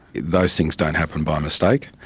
those things don't happen by mistake.